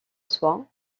soit